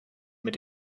mit